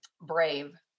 brave